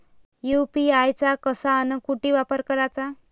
UPI चा कसा अन कुटी वापर कराचा?